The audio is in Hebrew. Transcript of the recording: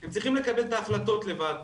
הם צריכים לקבל את ההחלטות לבד,